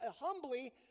Humbly